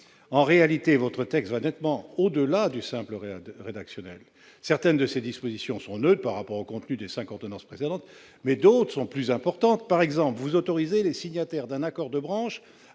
la ministre, votre texte va nettement au-delà du simple cadre rédactionnel. Certaines de ses dispositions sont neutres par rapport au contenu des cinq ordonnances précédentes, mais d'autres sont plus importantes. Par exemple, vous autorisez les signataires d'un accord de branche